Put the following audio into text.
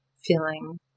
feeling